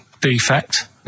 defect